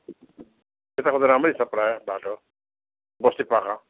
यताको त राम्रै छ प्राय बाटो बस्तीपाखा